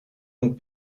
und